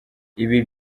ibi